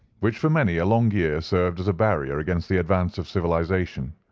which for many a long year served as a barrier against the advance of civilisation.